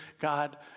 God